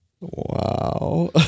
wow